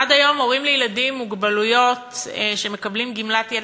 עד היום הורים לילדים עם מוגבלות שמקבלים גמלת ילד